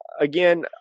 Again